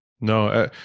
no